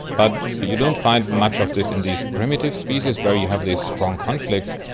but you don't find much of this in these primitive species where you have these strong conflicts,